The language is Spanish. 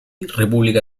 república